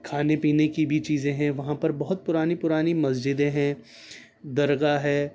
کھانے پینے کی بھی چیزیں ہیں وہاں پر بہت پرانی پرانی مسجدیں ہیں درگاہ ہے